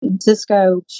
Cisco